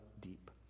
deep